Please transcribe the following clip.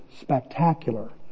spectacular